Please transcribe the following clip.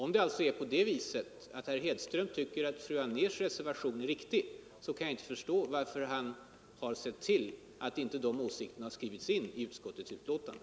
Om alltså herr Hedström tycker att fru Anérs reservation är befogad kan jag inte förstå varför han inte sett till att de åsikter som där framförs skrivits in i utskottets betänkande.